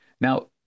Now